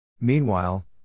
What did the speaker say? Meanwhile